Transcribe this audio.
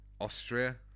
Austria